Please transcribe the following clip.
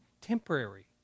temporary